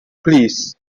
please